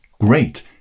Great